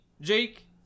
Jake